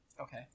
Okay